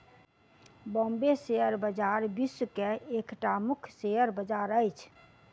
Bombay share बजार विश्व के एकटा मुख्य शेयर बजार अछि